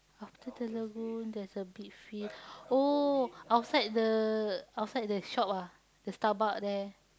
after the lagoon there's a beach field oh outside the outside the shop ah the Starbuck there